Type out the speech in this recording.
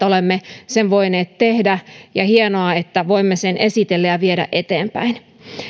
olemme sen voineet tehdä ja hienoa että voimme sen esitellä ja viedä eteenpäin